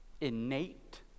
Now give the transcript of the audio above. innate